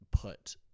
put